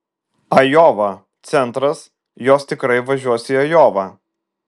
ajova centras jos tikrai važiuos į ajovą